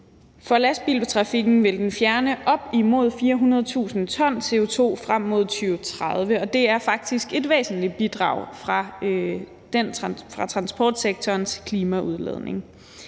For lastbiltrafikken vil det fjerne op imod 400.000 t CO2 frem mod 2030, og det er faktisk et væsentligt bidrag fra transportsektorens klimaudledning.